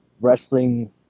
wrestling